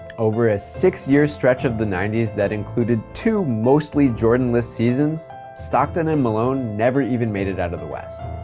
over a six-year stretch of the ninety s that included two mostly jordanless seasons, stockton and malone never even made it out of the west.